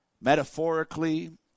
metaphorically